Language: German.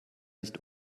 nicht